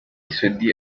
soudy